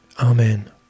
Amen